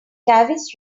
tavis